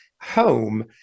home